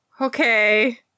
okay